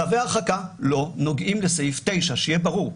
צווי ההרחקה לא נוגעים לסעיף 9, שיהיה ברור.